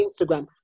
Instagram